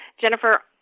Jennifer